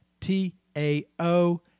T-A-O